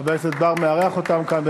וחבר הכנסת בר מארח אותם כאן.